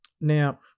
Now